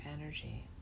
energy